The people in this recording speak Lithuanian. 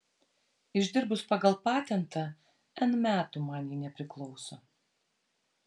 išdirbus pagal patentą n metų man ji nepriklauso